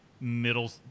middle